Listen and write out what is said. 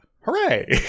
Hooray